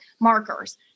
markers